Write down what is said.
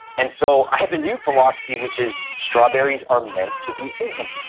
and so, i have a new philosophy which is strawberries are meant to be eaten.